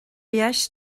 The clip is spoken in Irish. dheis